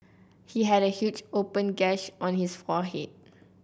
he had a huge open gash on his forehead